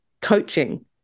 coaching